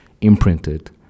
imprinted